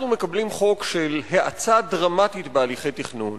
אנחנו מקבלים חוק של האצה דרמטית בהליכי תכנון,